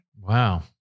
Wow